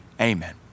amen